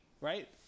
right